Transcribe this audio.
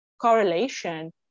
correlation